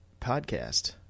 podcast